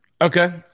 Okay